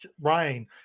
rain